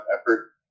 effort